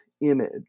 image